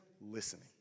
listening